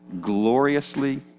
gloriously